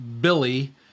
Billy